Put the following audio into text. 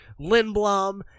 Lindblom